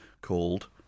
called